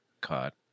Caught